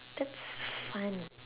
that's fun